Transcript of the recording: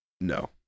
No